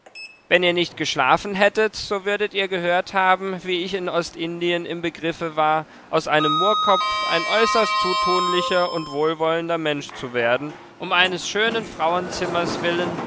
wenn ihr nicht geschlafen hättet so würdet ihr gehört haben wie ich in ostindien im begriffe war aus einem murrkopf ein äußerst zutunlicher und wohlwollender mensch zu werden um eines schönen frauenzimmers willen